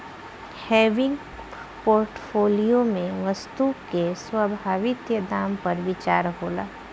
हेविंग portfolio में वस्तु के संभावित दाम पर विचार होला